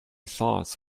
thoughts